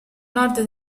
nord